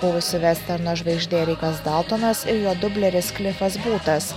buvusi vesterno žvaigždė rikas daltonas ir jo dubleris klifas būtas